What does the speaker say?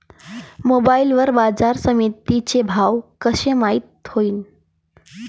Mobile वर बाजारसमिती चे भाव कशे माईत होईन?